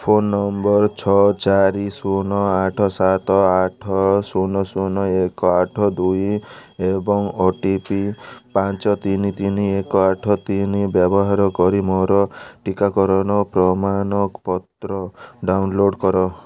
phone number ଛଅ ଚାରି ଶୂନ ଆଠ ସାତ ଆଠ ଶୂନ ଶୂନ ଏକ ଆଠ ଦୁଇ ଏବଂ ଓ ଟି ପ ପାଞ୍ଚ ତିନି ତିନି ଏକ ଆଠ ତିନି ବ୍ୟବହାର କରି ମୋର ଟିକାକରଣ ପ୍ରମାନପତ୍ର ଡାଉନ୍ଲୋଡ଼୍ କର